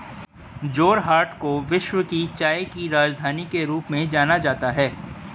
जोरहाट को विश्व की चाय की राजधानी के रूप में जाना जाता है